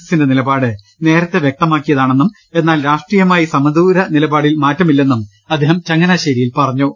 എസിന്റെ നിലപാട് നേരത്തെ വ്യക്തമാക്കിയതാണെന്നും എന്നാൽ രാഷ്ട്രീയമായി സമദൂരനിലപാടിൽ മാറ്റമില്ലെന്നും അദ്ദേഹം ചങ്ങനാശ്ശേരിയിൽ പറഞ്ഞു